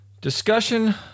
discussion